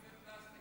מבנה פלסטי?